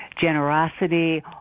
generosity